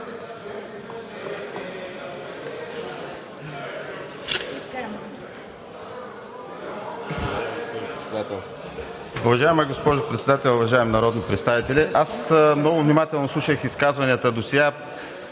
Уважаема госпожо Председател, уважаеми народни представители! Аз много внимателно слушах изказванията досега